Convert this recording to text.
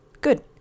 Good